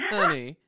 honey